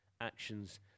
actions